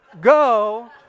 go